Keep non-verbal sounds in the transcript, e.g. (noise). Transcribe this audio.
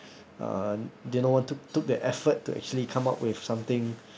(breath) uh they don't want to took the effort to actually come up with something